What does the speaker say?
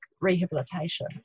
rehabilitation